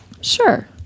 Sure